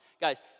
Guys